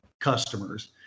customers